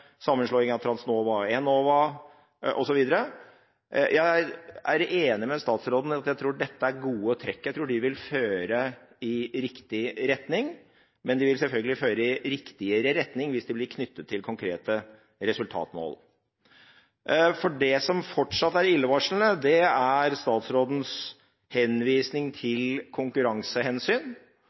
sammenslåing av Transnova og Enova osv. Jeg er enig med statsråden i at dette er gode trekk. Jeg tror de vil føre i riktig retning. Men de vil selvfølgelig føre i riktigere retning hvis de blir knyttet til konkrete resultatmål. For det som fortsatt er illevarslende, er statsrådens henvisning til konkurransehensyn.